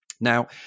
Now